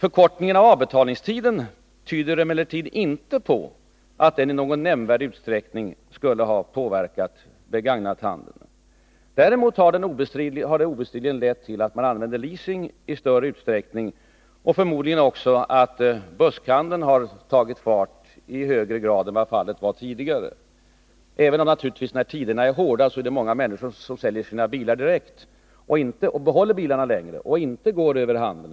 Ingenting tyder på att förkortningen av betalningstiden i någon nämnvärd utsträckning skulle ha påverkat begagnat-handeln. Däremot har förkortningen obestridligen lett till att man använder leasing i större utsträckning. Den har förmodligen också lett till att buskhandel förekommer i högre grad än vad fallet var tidigare, även om naturligtvis många människor, när tiderna är hårda, behåller bilarna längre och sedan säljer dem direkt och inte går över bilhandeln.